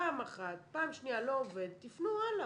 פעם אחת, פעם שנייה לא עובד, תיפנו הלאה,